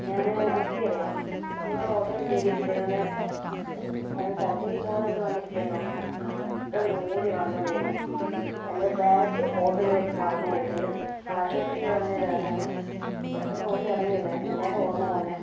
ഞാൻ അന്സി അറിയുമോ നിങ്ങളുടെ ഒട്ടോയിൽ കയറിയിട്ടില്ലേനോ നേരത്തോ ഞാൻ തലശ്ശേരി പോകാനായിട്ട് വന്നിട്ടില്ലേനോ പെട്ടെന്ന് ഓടി വന്നതേനു എന്റെ ബാഗ് ഓട്ടോയിൽ വെച്ച് മറന്നു പോയിട്ടുണ്ട് ആശുപത്രി വന്ന നേരം ഞാൻ പെട്ടെന്ന് ഓടി ഇറങ്ങിയില്ലേ അന്നേരം ഓർമ്മ വന്നത്